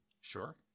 Sure